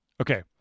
Okay